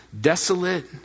desolate